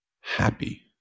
happy